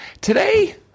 today